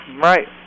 Right